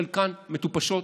חלקן מטופשות,